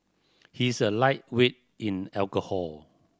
he is a lightweight in alcohol